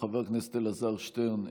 חבר הכנסת אלעזר שטרן,